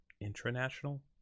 international